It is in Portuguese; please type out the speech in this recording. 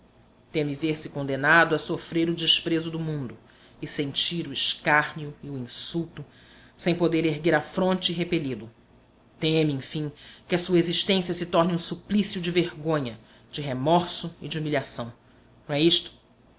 vida teme ver-se condenado a sofrer o desprezo do mundo e sentir o escárnio e o insulto sem poder erguer a fronte e repeli-lo teme enfim que a sua existência se torne um suplício de vergonha de remorso e de humilhação não é isto